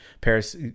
paris